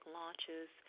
launches